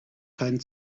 keinen